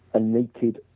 a naked